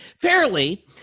Fairly